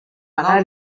anar